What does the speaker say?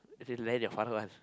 just say lend your father one